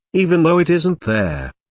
even though it isn't there.